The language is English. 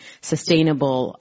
sustainable